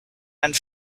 and